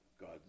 God